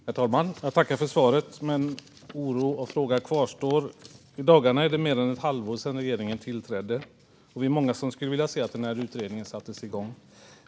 Herr talman! Jag tackar för svaret. Men min oro och en fråga kvarstår. I dagarna är det mer än ett halvår sedan regeringen tillträdde, och vi är många som skulle vilja se att denna utredning sätts igång.